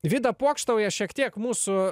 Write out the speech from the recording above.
vida pokštauja šiek tiek mūsų